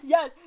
Yes